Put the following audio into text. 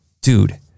dude